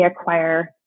acquire